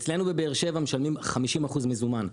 אצלנו בבאר שבע משלמים 50% מזומן,